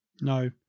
No